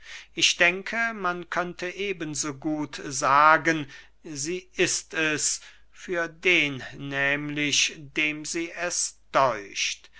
ich denke man könnte eben so gut sagen sie ist es für den nehmlich dem sie es däucht